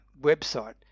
website